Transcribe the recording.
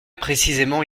précisément